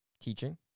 Teaching